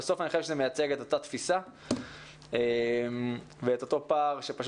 בסוף אני חושב שזה מייצג את אותה תפיסה ואת אותו פער שפשוט